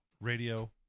Radio